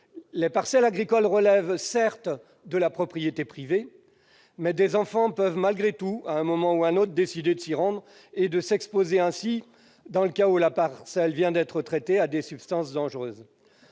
Les parcelles agricoles relèvent certes de la propriété privée, mais des enfants peuvent malgré tout, à un moment ou à un autre, décider d'y entrer et s'exposer ainsi, dans le cas où il vient d'être procédé à un épandage, à des substances dangereuses.